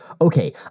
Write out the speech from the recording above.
okay